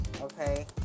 Okay